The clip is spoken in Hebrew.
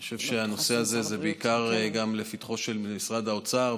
אני חושב שהנושא הזה הוא בעיקר לפתחו של משרד האוצר,